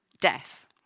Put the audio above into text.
death